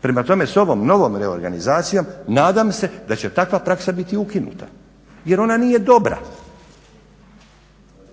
Prema tome, sa ovom novom reorganizacijom nadam se da će takva praksa biti ukinuta jer ona nije dobra.